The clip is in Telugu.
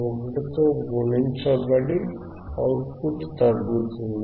1 తో గుణించ బడి అవుట్ పుట్ తగ్గుతుంది